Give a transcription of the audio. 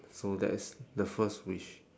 so that is the first wish